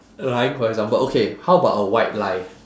lying for example okay how about a white lie